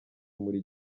muri